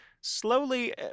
slowly